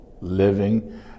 living